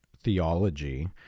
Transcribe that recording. theology